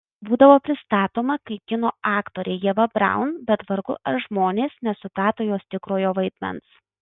būdavo pristatoma kaip kino aktorė ieva braun bet vargu ar žmonės nesuprato jos tikrojo vaidmens